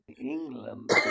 England